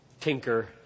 tinker